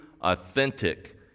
authentic